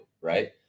right